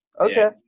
Okay